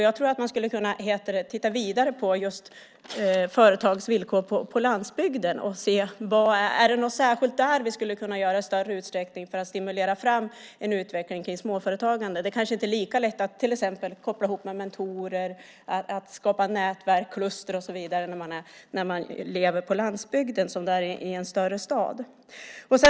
Jag tror att man skulle kunna titta vidare på just företags villkor på landsbygden och se om det är något särskilt där som vi skulle kunna göra i större utsträckning för att stimulera fram en utveckling av småföretagande. Det kanske inte är lika lätt att till exempel koppla ihop med mentorer, skapa nätverk, kluster och så vidare på landsbygden som det är i en större stad.